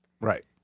Right